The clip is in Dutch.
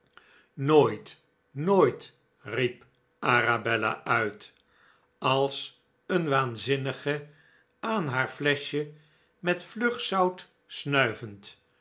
nooit nooit riep arabella uit als een waanzinnige aan haar fleschje met vlugzout snuivend